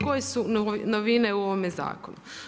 Koje su novine u ovome zakonu?